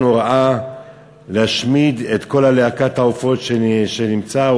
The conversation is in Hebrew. הוראה להשמיד את כל להקת העופות שנמצאת,